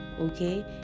Okay